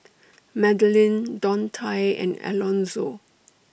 Madilynn Dontae and Alonzo